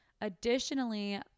Additionally